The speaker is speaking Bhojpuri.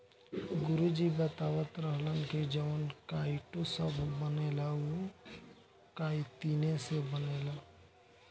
गुरु जी बतावत रहलन की जवन काइटो सभ बनेला उ काइतीने से बनेला